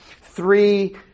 Three